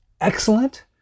excellent